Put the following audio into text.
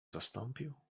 zastąpił